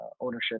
ownership